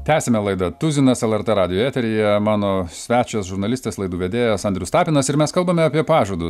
tęsiame laidą tuzinas lrt radijo eteryje mano svečias žurnalistas laidų vedėjas andrius tapinas ir mes kalbame apie pažadus